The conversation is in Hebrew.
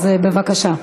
אז בבקשה.